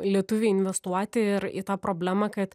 lietuviai investuoti ir į tą problemą kad